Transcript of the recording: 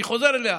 אני חוזר אליה,